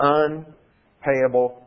unpayable